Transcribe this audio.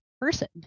person